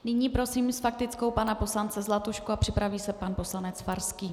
Nyní prosím s faktickou pana poslance Zlatušku a připraví se pan poslanec Farský.